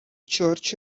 church